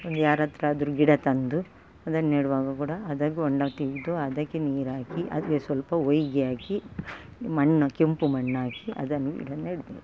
ಒಂದು ಯಾರತ್ರಾದರು ಗಿಡ ತಂದು ಅದನ್ನು ನೆಡುವಾಗ ಕೂಡ ಅದಕ್ಕೆ ಹೊಂಡ ತೆಗೆದು ಅದಕ್ಕೆ ನೀರಾಕಿ ಅದಕ್ಕೆ ಸ್ವಲ್ಪ ಹೊಯ್ಗೆ ಹಾಕಿ ಮಣ್ಣು ಕೆಂಪು ಮಣ್ಣಾಕಿ ಅದನ್ನು ಗಿಡ ನೆಡಬೇಕು